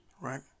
right